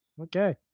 Okay